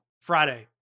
friday